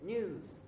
News